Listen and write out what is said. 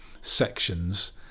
sections